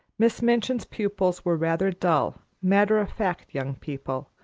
miss minchin's pupils were rather dull, matter-of-fact young people,